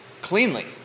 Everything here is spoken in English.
cleanly